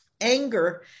anger